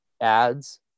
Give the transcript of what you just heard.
ads